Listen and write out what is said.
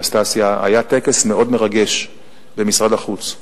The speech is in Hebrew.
אנסטסיה, היה טקס מאוד מרגש במשרד החוץ.